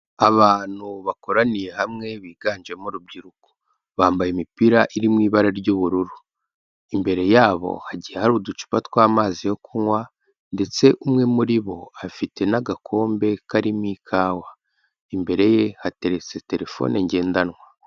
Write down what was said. Abantu bakoraniye hamwe biganjemo urubyiruko bambaye imipira iri mu ibara ry'ubururu imbere yabo hagiye hari uducupa tw'amazi yo kunywa ndetse umwe muri bo afite n'agakombe karimo ikawa imbere ye hateretse telefone ngendanwa.